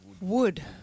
wood